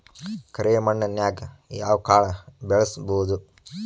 ಕರೆ ಮಣ್ಣನ್ಯಾಗ್ ಯಾವ ಕಾಳ ಬೆಳ್ಸಬೋದು?